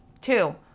two